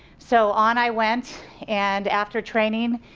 so on i went and after training,